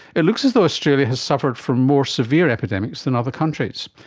it looks as though australia has suffered from more severe epidemics than other countries.